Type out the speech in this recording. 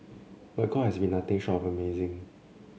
but God has been nothing short of amazing